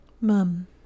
Mum